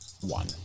One